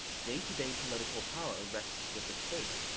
day-to-day political power rests with the state,